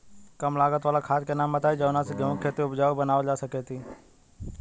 कम लागत वाला खाद के नाम बताई जवना से गेहूं के खेती उपजाऊ बनावल जा सके ती उपजा?